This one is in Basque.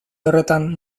horretan